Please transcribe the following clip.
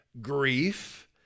grief